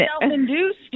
Self-induced